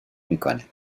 میکنه